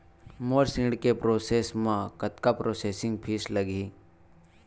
मोर ऋण के प्रोसेस म कतका प्रोसेसिंग फीस लगही?